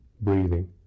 breathing